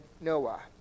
Noah